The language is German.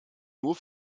nur